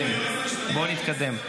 בואו נתקדם, בואו נתקדם.